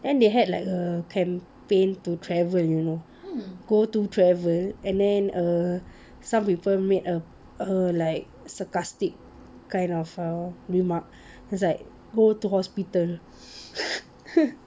and they had like a campaign to travel you know go to travel and then err some people made a a like sarcastic kind of err remark it's like err go to hospital